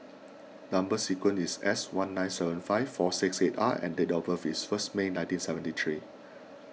Number Sequence is S one nine seven five four six eight R and date of birth is first May nineteen seventy three